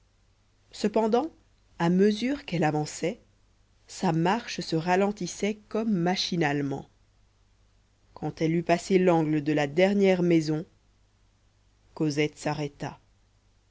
cependant à mesure qu'elle avançait sa marche se ralentissait comme machinalement quand elle eut passé l'angle de la dernière maison cosette s'arrêta